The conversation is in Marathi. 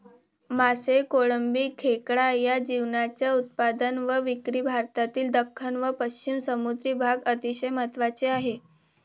मासे, कोळंबी, खेकडा या जीवांच्या उत्पादन व विक्री भारतातील दख्खन व पश्चिम समुद्री भाग अतिशय महत्त्वाचे आहे